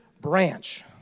branch